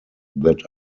that